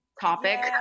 topic